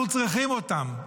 אנחנו צריכים אותם.